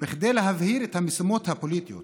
כדי להבהיר את המשימות הפוליטיות